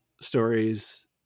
stories